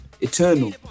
eternal